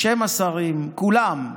בשם השרים, כולם,